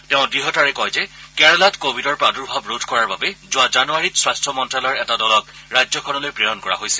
তেওঁ দঢ়তাৰে কয় যে কেৰালাত কোৱিডৰ প্ৰাদুৰ্ভাৱ ৰোধ কৰাৰ বাবে যোৱা জানুৱাৰীত স্বাস্থ্য মন্ত্ৰ্যালয়ৰ এটা দলক ৰাজ্যখনলৈ প্ৰেৰণ কৰা হৈছিল